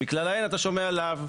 מכלל היד אתה שומע עליו.